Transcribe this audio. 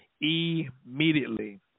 immediately